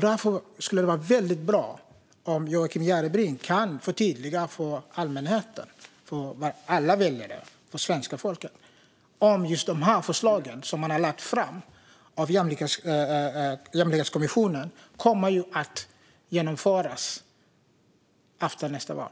Därför skulle det vara bra om Joakim Järrebring kunde förtydliga för allmänheten, för alla väljare, för svenska folket, om de förslag som har lagts fram av Jämlikhetskommissionen kommer att genomföras efter nästa val.